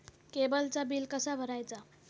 केबलचा बिल कसा भरायचा?